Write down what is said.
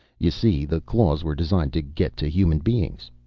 you see, the claws were designed to get to human beings.